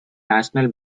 national